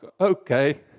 okay